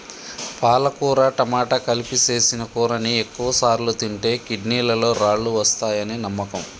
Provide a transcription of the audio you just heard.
పాలకుర టమాట కలిపి సేసిన కూరని ఎక్కువసార్లు తింటే కిడ్నీలలో రాళ్ళు వస్తాయని నమ్మకం